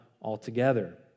altogether